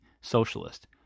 socialist